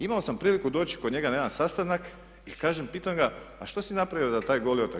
Imao sam priliku doći kod njega na jedan sastanak i kažem, pitam ga a što si napravio za taj Goli Otok?